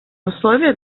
условие